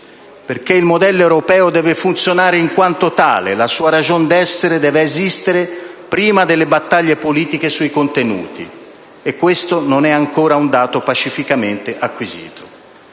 perché il modello europeo deve funzionare in quanto tale, la sua ragion d'essere deve esistere prima delle battaglie politiche sui contenuti: e questo non è ancora un dato pacificamente acquisito.